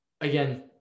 again